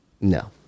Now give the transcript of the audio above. No